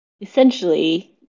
Essentially